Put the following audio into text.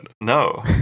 No